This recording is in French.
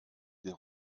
des